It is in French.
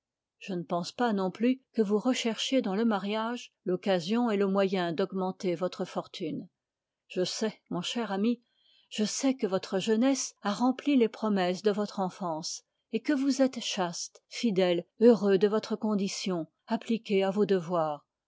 je ne pense pas non plus que vous recherchiez dans le mariage l'occasion et le moyen d'augmenter votre fortune je sais mon cher ami je sais que votre jeunesse a rempli les promesses de votre enfance et que vous êtes chaste fidèle heureux de votre condition appliqué à vos devoirs